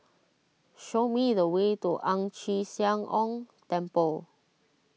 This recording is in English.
show me the way to Ang Chee Sia Ong Temple